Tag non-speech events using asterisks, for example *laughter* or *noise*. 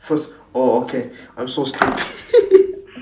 first oh okay I'm so stupid *laughs*